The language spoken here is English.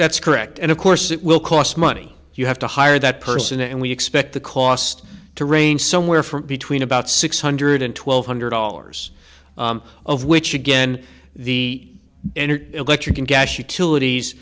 that's correct and of course it will cost money you have to hire that person and we expect the cost to rain somewhere for between about six hundred and twelve hundred dollars of which again the energy electric and gas utilities